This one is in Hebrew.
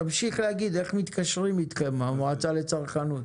תמשיך להגיד איך מתקשרים עם המועצה לצרכנות.